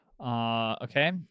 Okay